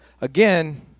Again